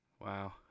Wow